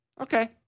Okay